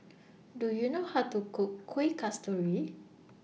Do YOU know How to Cook Kuih Kasturi